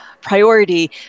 Priority